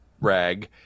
rag